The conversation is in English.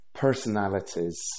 personalities